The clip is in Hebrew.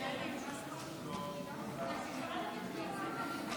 הנושא הבא על סדר-היום,